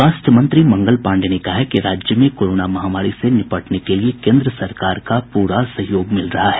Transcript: स्वास्थ्य मंत्री मंगल पांडेय ने कहा है कि राज्य में कोरोना महामारी से निपटने के लिए केंद्र सरकार का पूरा सहयोग मिल रहा है